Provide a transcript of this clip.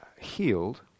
healed